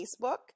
Facebook